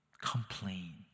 complain